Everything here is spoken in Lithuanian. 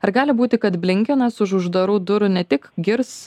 ar gali būti kad blinkenas už uždarų durų ne tik girs